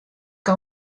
que